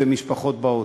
ומשפחות באות.